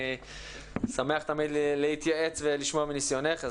אני שמח תמיד להתייעץ ולשמוע מניסיונך,